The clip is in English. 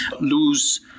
lose